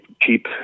keep